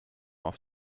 auf